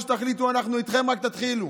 מה שתחליטו, אנחנו איתכם, רק תתחילו,